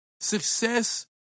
Success